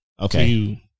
okay